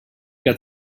got